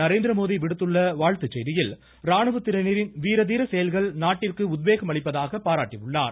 நரேந்திரமோடி விடுத்துள்ள வாழ்த்துச்செய்தியில் ராணுவத்தினரின் வீர தீர செயல்கள் நாட்டிற்கு உத்வேகம் அளிப்பதாக பாராட்டியுள்ளார்